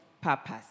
purpose